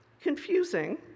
Confusing